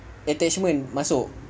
attachment masuk